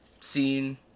scene